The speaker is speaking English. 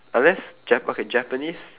unless jap~ okay japanese